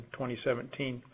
2017